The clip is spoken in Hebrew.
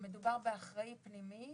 שמדובר באחראי פנימי,